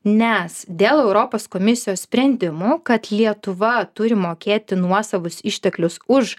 nes dėl europos komisijos sprendimo kad lietuva turi mokėti nuosavus išteklius už